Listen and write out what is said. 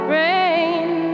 rain